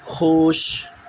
خوش